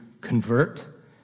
convert